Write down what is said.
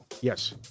Yes